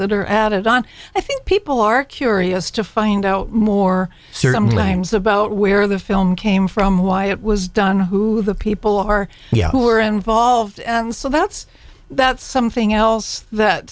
that are added on i think people are curious to find out more certain names about where the film came from why it was done who the people are who were involved and so that's that's something else that